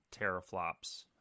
teraflops